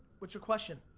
what's your question?